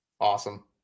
Awesome